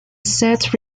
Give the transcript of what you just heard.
sets